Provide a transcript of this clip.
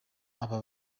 aba